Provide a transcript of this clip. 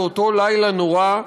באותו לילה נורא,